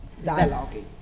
dialoguing